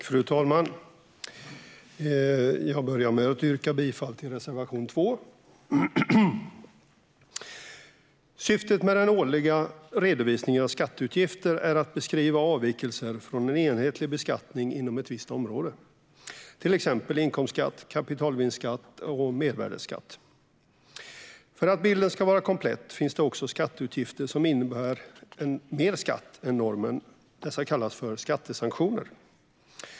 Fru talman! Jag börjar med att yrka bifall till reservation 2. Syftet med den årliga redovisningen av skatteutgifter är att beskriva avvikelser från en enhetlig beskattning inom ett visst område, till exempel inkomstskatt, kapitalvinstskatt eller mervärdesskatt. För att bilden ska vara komplett finns det också skatteutgifter som innebär mer skatt än normen. Dessa kallas skattesanktioner.